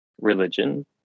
religion